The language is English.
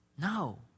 No